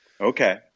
okay